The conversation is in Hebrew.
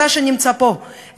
אתה שנמצא פה,